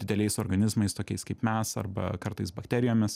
dideliais organizmais tokiais kaip mes arba kartais bakterijomis